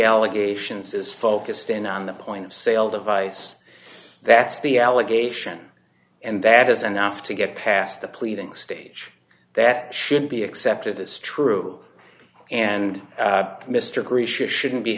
allegations is focused in on the point of sale device that's the allegation and that is enough to get past the pleading stage that should be accepted as true and mr grecia shouldn't be